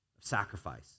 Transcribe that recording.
sacrifice